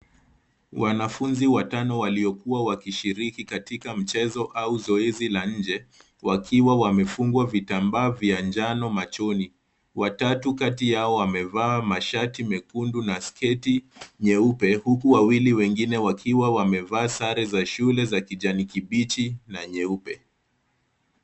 Wanafunzi watano waliokua wakishiriki katika mchezo au zoezi la nje, wakiwa wamefungwa vitambaa vya njano machoni. Watatu kati yao wamevaa mashati mekundu na sketi nyeupe huku wawili wengine wakiwa wamevaa sare za shule za kijani kibichi na nyeupe.